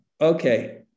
Okay